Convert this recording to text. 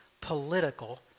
political